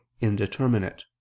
indeterminate